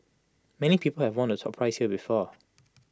many people have won the top prize here before